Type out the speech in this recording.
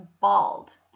bald